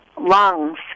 lungs